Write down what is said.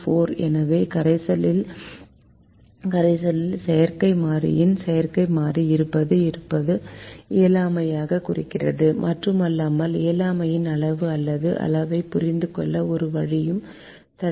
எனவே கரைசலில் செயற்கை மாறியின் செயற்கை மாறி இருப்பது இருப்பது இயலாமையைக் குறிக்கிறது மட்டுமல்லாமல் இயலாமையின் அளவு அல்லது அளவைப் புரிந்து கொள்ள ஒரு வழியையும் தருகிறது